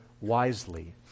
wisely